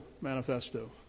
manifesto